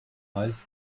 heiß